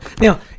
Now